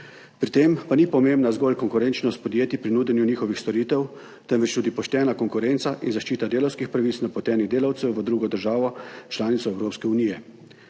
pri tem pa ni pomembna zgolj konkurenčnost podjetij pri nudenju njihovih storitev, temveč tudi poštena konkurenca in zaščita delavskih pravic napotenih delavcev v drugo državo članico Evropske unije.